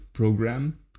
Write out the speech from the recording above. program